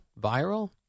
viral